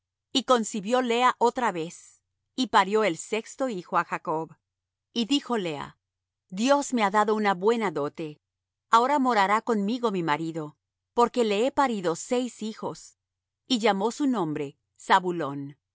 y concibió lea otra vez y parió el sexto hijo á jacob y dijo lea dios me ha dado una buena dote ahora morará conmigo mi marido porque le he parido seis hijos y llamó su nombre zabulón y